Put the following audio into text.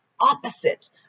opposite